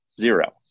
Zero